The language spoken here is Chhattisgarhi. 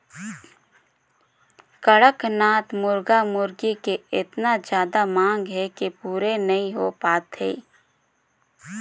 कड़कनाथ मुरगा मुरगी के एतना जादा मांग हे कि पूरे नइ हो पात हे